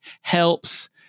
helps